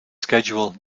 schedule